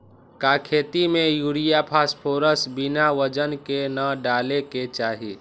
का खेती में यूरिया फास्फोरस बिना वजन के न डाले के चाहि?